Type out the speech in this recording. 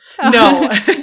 No